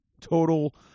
total